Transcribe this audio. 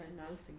another singer